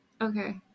Okay